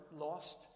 lost